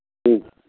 ठीक